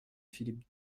philippe